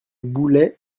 boulets